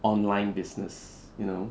online business you know